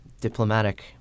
diplomatic